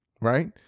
Right